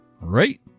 Right